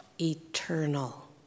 eternal